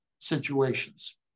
situations